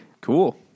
Cool